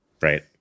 right